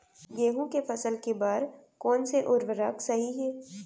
गेहूँ के फसल के बर कोन से उर्वरक सही है?